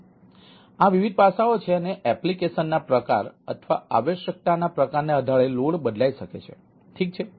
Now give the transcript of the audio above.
તેથી આ વિવિધ પાસાઓ છે અને એપ્લિકેશનના પ્રકાર અથવા આવશ્યકતાના પ્રકારને આધારે લોડ બદલાઈ શકે છે ઠીક છે